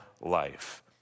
life